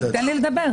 אתה תיתן לי לדבר,